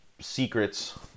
Secrets